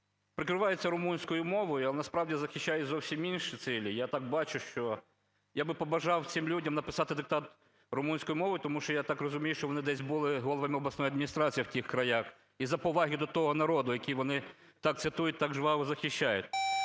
прикриваються румунською мовою, але насправді захищають зовсім інші цілі. Я так бачу, що я би побажав цим людям написати диктант румунською мовою, тому що я так розумію, що вони десь були головами обласної адміністрації в тих краях. Із-за поваги до того народу, який вони так цитують, так жваво захищають.